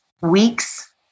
weeks